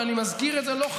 ואני מזכיר את זה לא,